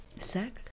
sex